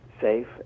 safe